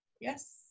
Yes